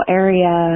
area